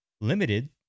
limited